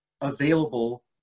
available